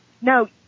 no